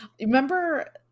remember